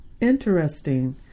interesting